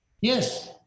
Yes